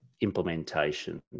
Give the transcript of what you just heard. implementation